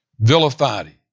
Vilified